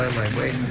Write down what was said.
laneway,